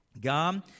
God